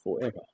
forever